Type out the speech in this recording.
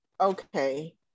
okay